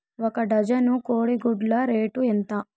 ఒక డజను కోడి గుడ్ల రేటు ఎంత?